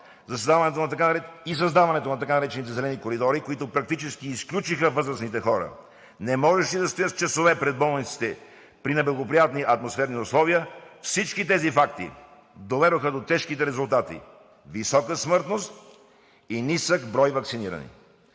и създаването на така наречените зелени коридори, които практически изключиха възрастните хора, не можеше да стоят с часове пред болниците при неблагоприятни атмосферни условия. Всички тези факти доведоха до тежките резултати – висока смъртност и нисък брой ваксинирани.